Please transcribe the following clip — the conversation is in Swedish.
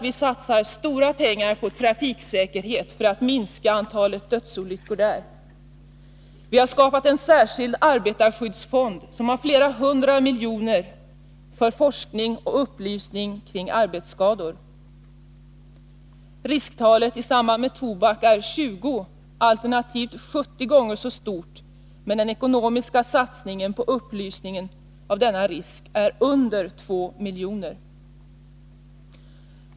Visatsar stora pengar på trafiksäkerhet för att minska antalet dödsolyckor, vi har skapat en särskild arbetarskyddsfond som har flera hundra miljoner till förfogande för forskning och upplysning om arbetsskador. Risktalet i samband med tobak är 20 alternativt 70 gånger så stort, men den ekonomiska satsningen på upplysning om denna risk understiger två milj.